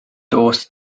dos